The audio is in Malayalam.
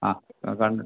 ആ കണ്ട്